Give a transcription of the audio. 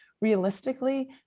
realistically